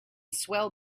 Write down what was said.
swell